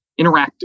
interactive